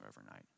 overnight